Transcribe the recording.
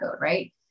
right